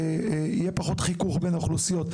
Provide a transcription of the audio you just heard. ויהיה פחות חיכוך בין אוכלוסיות.